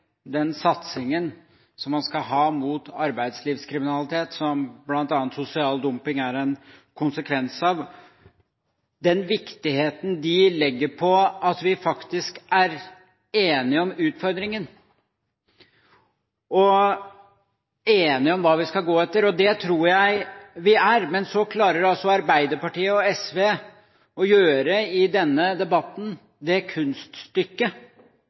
den sammenheng også minne om viktigheten av at de som skal jobbe med disse tingene – altså de som skal praktisere satsingen man skal ha mot arbeidslivskriminalitet, som bl.a. sosial dumping er en konsekvens av – legger vekt på at vi faktisk er enige om utfordringen og enige om hva vi skal gå etter. Det tror jeg vi er, men så klarer altså Arbeiderpartiet og SV